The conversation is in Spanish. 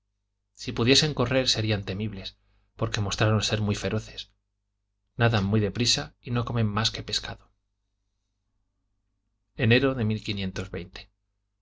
si pudiesen correr serían temibles porque mostraron ser muy feroces nadan muy deprisa y no comen mas que pescado enero